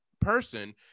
person